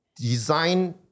design